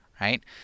right